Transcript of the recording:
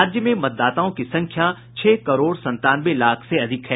राज्य में मतदाताओं की संख्या छह करोड़ संतानवे लाख से अधिक है